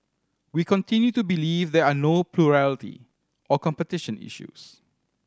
we continue to believe there are no plurality or competition issues